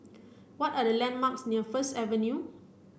what are the landmarks near First Avenue